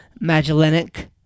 Magellanic